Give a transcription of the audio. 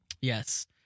Yes